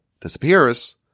disappears